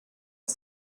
est